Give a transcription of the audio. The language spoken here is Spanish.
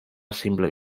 simple